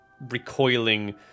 recoiling